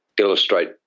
illustrate